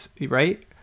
Right